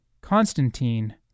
Constantine